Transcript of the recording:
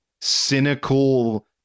cynical